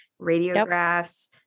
radiographs